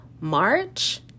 March